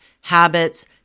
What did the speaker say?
habits